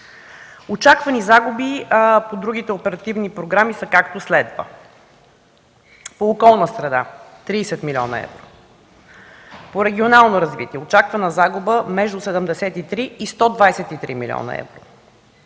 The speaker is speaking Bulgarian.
Очаквани загуби по другите оперативни програми, са както следва: по „Околна среда” – 30 млн. евро; по „Регионално развитие” очаквана загуба между 73 и 123 млн. евро;